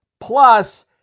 plus